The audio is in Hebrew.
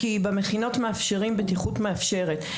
כי במכינות מאפשרים בטיחות מאפשרת.